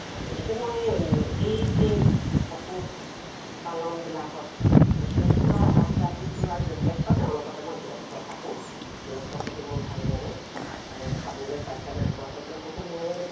চাওঁ তেনেকে মই এই যে পশুপালনবিলাকত যথেষ্ট আগবাঢ়িছোঁ আৰু যথেষ্ট তেওঁৰ লগতে মই ব্যস্ত থাকোঁ ব্যস্ত থাকি মোৰ ভাল লাগে আৰু খাবলৈ পাইছে নাই পোৱা সেইবিলাককো ময়ে